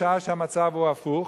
בשעה שהמצב הוא הפוך.